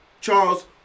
Charles